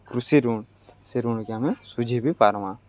କୃଷି ଋଣ୍ ସେ ଋଣ୍କେ ଆମେ ଶୁଝି ବି ପାର୍ମା